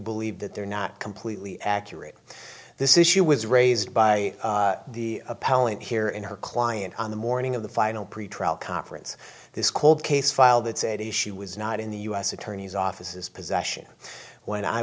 believe that they're not completely accurate this issue was raised by the appellant here in her client on the morning of the final pretrial conference this cold case file that said she was not in the u s attorney's offices possession when i